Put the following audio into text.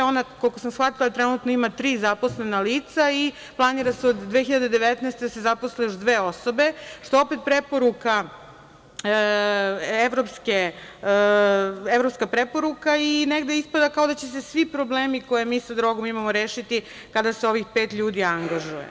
Ona, koliko sam shvatila, trenutno ima tri zaposlena lica i planira se od 2019. da se zaposle još dve osobe, što je opet evropska preporuka i ispada kao da će se svi problemi koje mi sa drogom imamo rešiti kada se ovih pet ljudi angažuje.